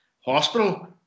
hospital